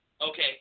Okay